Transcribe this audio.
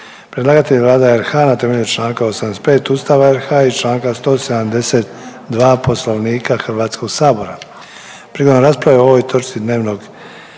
Predlagatelj je Vlada RH na temelju čl. 85. Ustava RH i čl. 172., 204. Poslovnika Hrvatskog sabora.